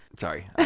Sorry